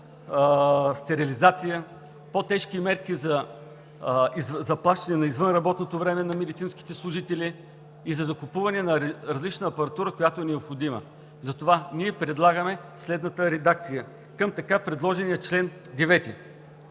стерилизация, по-тежки мерки за заплащане извънработното време на медицинските служители и за закупуване на различна апаратура, която е необходима. Затова ние предлагаме следната редакция към така предложения чл. 9: